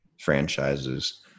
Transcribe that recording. franchises